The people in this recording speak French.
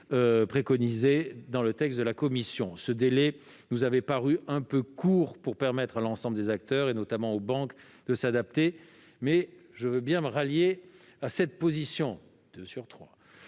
prévu dans le texte de la commission. Un délai de trois mois nous avait paru un peu court pour permettre à l'ensemble des acteurs, notamment aux banques, de s'adapter, mais je veux bien me rallier à cette position.